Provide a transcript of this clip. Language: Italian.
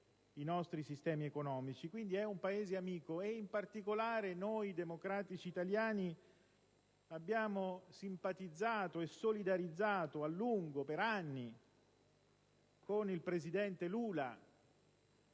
i nostri sistemi economici. È un Paese amico e, in particolare noi democratici italiani, abbiamo simpatizzato e solidarizzato a lungo, per anni, con il presidente Lula